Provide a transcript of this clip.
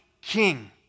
king